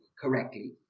correctly